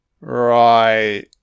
Right